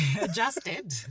adjusted